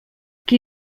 qui